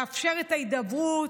לאפשר את ההידברות,